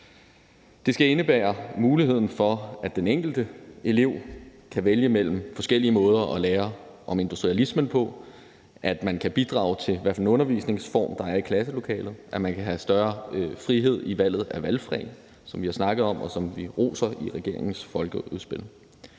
Det skal indebære muligheden for, at den enkelte elev kan vælge mellem forskellige måder at lære om industrialismen på, at man kan bidrage til, hvad for en undervisningsform der er i klasselokalet, at man kan have større frihed i forhold til valget af valgfag, som vi har snakket om, og som vi roser i regeringens folkeskoleudspil.